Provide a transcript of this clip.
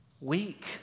Weak